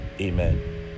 Amen